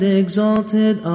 exalted